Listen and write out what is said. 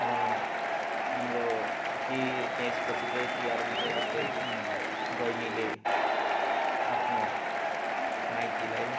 हाम्रो त्यही त्यस पछि चाहिँ तिहारमा चाहिँ जस्तै बहिनीले आफ्नो माइतीलाई